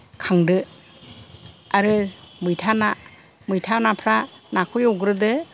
खांदो आरो मैथा ना मैथा नाफ्रा नाखौ एवग्रोदो